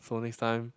so next time